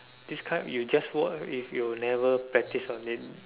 this kind you just work if you never practice on it